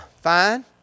fine